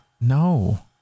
no